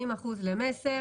40 אחוזים למסר.